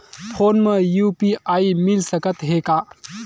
Phone मा UPI मिल सकत हे का?